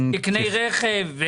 תקני רכב,